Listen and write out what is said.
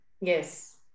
Yes